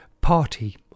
party